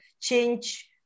change